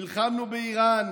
נלחמנו באיראן,